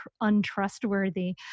untrustworthy